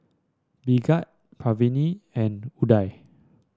Bhagat Pranav and Udai